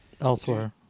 Elsewhere